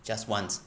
just once